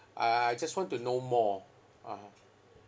uh I just want to know more (uh huh)